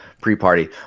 pre-party